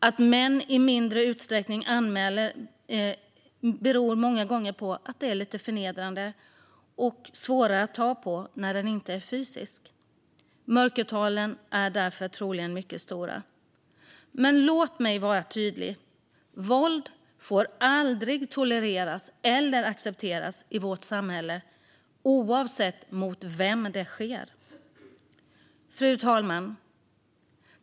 Att män i mindre utsträckning anmäler beror många gånger på att det är lite förnedrande och svårare att ta på när våldet inte är fysiskt. Mörkertalen är därför troligen mycket stora. Men låt mig vara tydlig: Våld får aldrig tolereras eller accepteras i vårt samhälle, oavsett mot vem det sker. Fru talman!